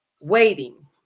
waiting